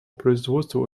производству